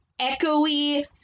echoey